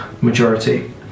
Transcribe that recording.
majority